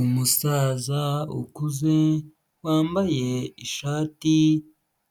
Umusaza ukuze wambaye ishati